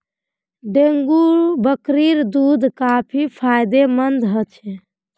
dengue बकरीर दूध काफी फायदेमंद ह छ